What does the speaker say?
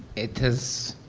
it has